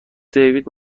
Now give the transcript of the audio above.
دیوید